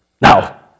Now